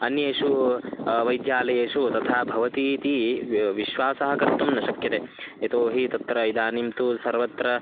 अन्येषु वैद्यालयेषु तथा भवतीति वि विश्वासः कर्तुं न शक्यते यतोहि तत्र इदानीं तु सर्वत्र